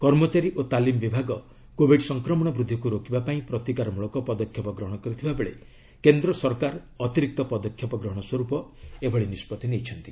କର୍ମଚାରୀ ଓ ତାଲିମ ବିଭାଗ କୋବିଡ ସଂକ୍ରମଣ ବୃଦ୍ଧିକୁ ରୋକିବା ପାଇଁ ପ୍ରତିକାରମୂଳକ ପଦକ୍ଷେପ ଗ୍ରହଣ କରିଥିବାବେଳେ କେନ୍ଦ୍ର ସରକାର ଅତିରିକ୍ତ ପଦକ୍ଷେପ ଗ୍ରହଣ ସ୍ୱରୂପ ଏଭଳି ନିଷ୍କଭି ନେଇଛନ୍ତି